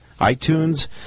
iTunes